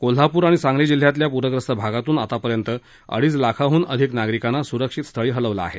कोल्हापूर आणि सांगली जिल्ह्यातल्या पूरग्रस्त भागातून आतापर्यंत अडीच लाखांडून अधिक नागरिकांना सुरक्षित स्थळी हलवलं आहे